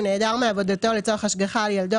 הוא נעדר מעבודתו לצורך השגחה על ילדו,